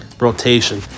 rotation